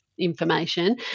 information